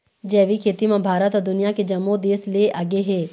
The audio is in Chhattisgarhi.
जैविक खेती म भारत ह दुनिया के जम्मो देस ले आगे हे